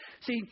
See